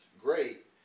great